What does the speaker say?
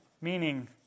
Meaning